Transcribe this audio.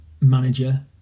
manager